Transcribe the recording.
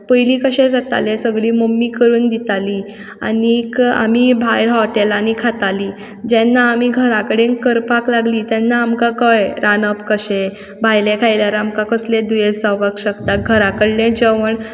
पयलीं कशें जातालें सगळी मम्मी करून दिताली आनीक आमी भायर हॉटेलांनी खातालीं जेन्ना आमी घरा कडेन करपाक लागलीं तेन्ना आमकां कळ्ळें रांदप कशें भायलें खायल्यार आमकां कसलें दुयेंस जावपाक शकता घरा कडलें जेवण